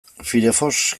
firefox